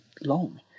long